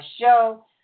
show